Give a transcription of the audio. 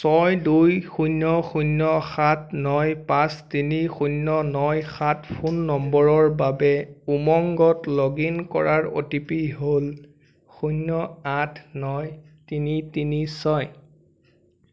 ছয় দুই শূন্য শূন্য সাত ন পাঁচ তিনি শূন্য ন সাত ফোন নম্বৰৰ বাবে উমংগত লগ ইন কৰাৰ অ' টি পি হ'ল শূন্য আঠ ন তিনি তিনি ছয়